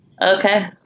Okay